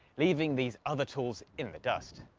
leaving these other tools in the dust.